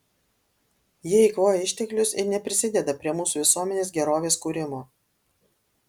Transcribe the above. jie eikvoja išteklius ir neprisideda prie mūsų visuomenės gerovės kūrimo